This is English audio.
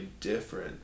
different